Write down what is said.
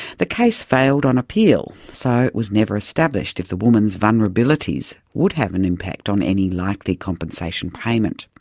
the case failed on appeal, so it was never established if the woman's vulnerabilities would have an impact on any likely compensation payment.